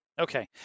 Okay